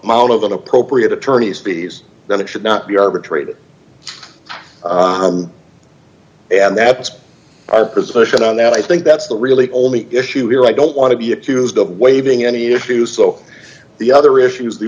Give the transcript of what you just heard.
amount of the appropriate attorneys fees that it should not be arbitrated and that's our position on that i think that's the really only issue here i don't want to be accused of waving any issue so the other issues the